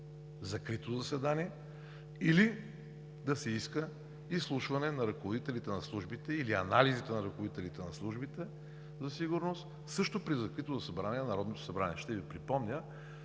закрито заседание или да се иска изслушване на ръководителите на службите или анализите на ръководителите на службите за сигурност, също при закрито заседание на Народното събрание. Ще Ви припомня,